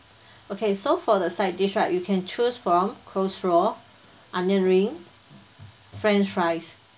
okay so for the side dish right you can choose from coleslaw onion ring french fries